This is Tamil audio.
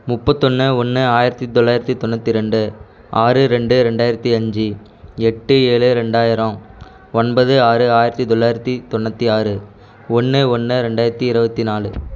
முப்பத்தொன்று ஒன்று ஆயிரத்தி தொள்ளாயிரத்தி தொண்ணூற்றி ரெண்டு ஆறு ரெண்டு ரெண்டாயிரத்தி அஞ்சு எட்டு ஏழு ரெண்டாயிரம் ஒன்பது ஆறு ஆயிரத்தி தொள்ளாயிரத்தி தொண்ணூற்றி ஆறு ஒன்று ஒன்று ரெண்டாயிரத்தி இருபத்தி நாலு